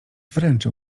wręczył